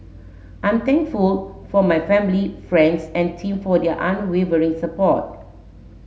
I'm thankful for my family friends and team for their unwavering support